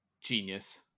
Genius